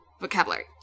vocabulary